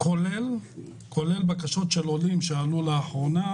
כולל בקשות של עולים חדשים שעלו לאחרונה,